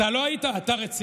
אתה לא היית, אתה רציני?